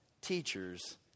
teachers